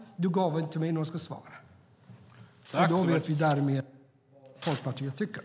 Du gav mig inte något svar. Därmed vet vi vad Folkpartiet tycker.